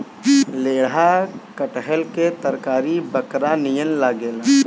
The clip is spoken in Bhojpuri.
लेढ़ा कटहल के तरकारी बकरा नियन लागेला